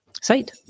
Site